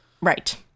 right